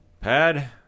pad